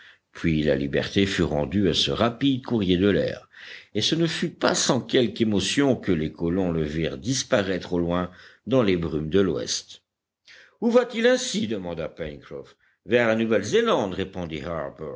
puis la liberté fut rendue à ce rapide courrier de l'air et ce ne fut pas sans quelque émotion que les colons le virent disparaître au loin dans les brumes de l'ouest où va-t-il ainsi demanda pencroff vers la nouvelle zélande répondit